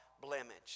blemish